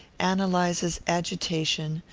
ann eliza's agitation,